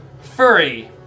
furry